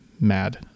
mad